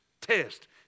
test